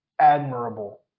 admirable